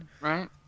right